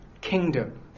kingdom